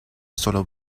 solo